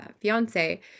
fiance